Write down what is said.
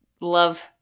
love